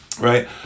Right